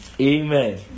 Amen